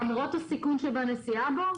למרות הסיכון שבנסיעה בו,